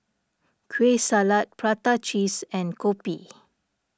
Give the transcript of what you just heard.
Kueh Salat Prata Cheese and Kopi